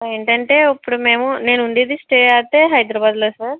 ఏంటంటే ఇప్పుడు మేము నేను ఉండేది స్టే అయితే హైదరాబాద్లో సార్